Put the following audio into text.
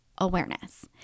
awareness